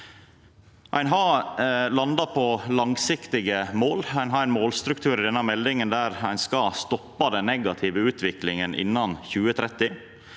Ein har landa på langsiktige mål. Ein har ein målstruktur i denne meldinga om at ein skal stoppa den negative utviklinga innan 2030.